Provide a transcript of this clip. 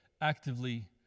actively